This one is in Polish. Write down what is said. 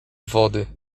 wody